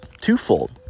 twofold